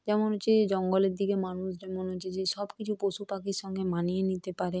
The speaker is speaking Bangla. যেমন হচ্ছে জঙ্গলের দিকে মানুষ যেমন হচ্ছে যে সব কিছু পশু পাখির সঙ্গে মানিয়ে নিতে পারে